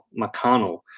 McConnell